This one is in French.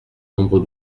nombres